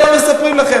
את זה לא מספרים לכם.